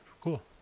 cool